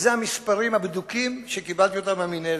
אלה המספרים הבדוקים שקיבלתי מהמינהלת.